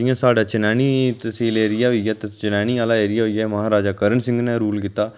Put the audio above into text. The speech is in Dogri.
जि'यां साढ़े चनैह्नी तसील एरिया होइया तुस चनैह्नी आह्ला एरिया होई गेआ महाराजा करण सिंह नै रूल कीता